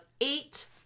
eight